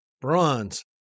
bronze